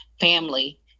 family